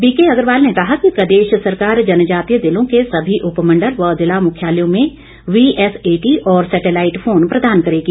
BK Agarwal ने कहा कि प्रदेश सरकार जनजातीय जिलों के सभी उपमंडल व जिला मुख्यालयों में वीएसएटी और सैटेलाइट फोन प्रदान करेगी